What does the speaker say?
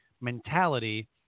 mentality